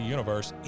Universe